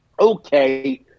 Okay